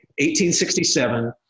1867